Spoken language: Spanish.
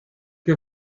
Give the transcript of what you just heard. que